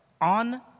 on